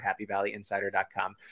happyvalleyinsider.com